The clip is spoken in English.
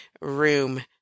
room